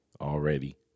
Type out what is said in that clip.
already